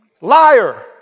liar